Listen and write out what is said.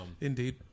Indeed